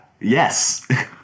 Yes